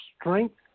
strength